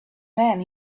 man